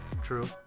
true